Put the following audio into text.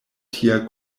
tia